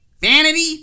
vanity